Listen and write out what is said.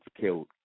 killed